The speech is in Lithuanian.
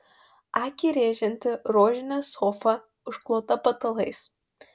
akį rėžianti rožinė sofa užklota patalais